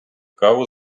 каву